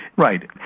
right.